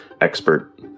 expert